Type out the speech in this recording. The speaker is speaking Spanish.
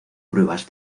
pruebas